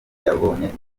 yabonye